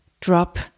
drop